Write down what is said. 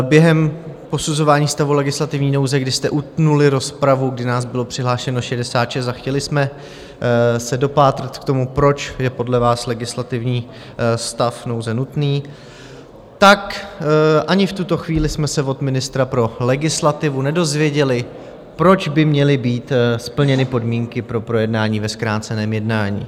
Během posuzování stavu legislativní nouze, kdy jste utnuli rozpravu, kdy nás bylo přihlášeno 66 a chtěli jsme se dopátrat k tomu, proč je podle vás legislativní stav nouze nutný, ani v tuto chvíli jsme se od ministra pro legislativu nedozvěděli, proč by měly být splněny podmínky pro projednání ve zkráceném jednání.